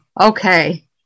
okay